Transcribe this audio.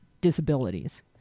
disabilities